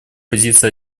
позиция